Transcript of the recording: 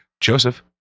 joseph